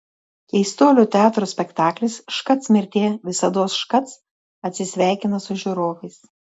keistuolių teatro spektaklis škac mirtie visados škac atsisveikina su žiūrovais